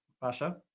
Pasha